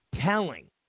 telling